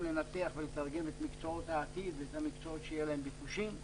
לנתח ולתרגם את מקצועות העתיד ואת המקצועות שיהיו להם ביקושים.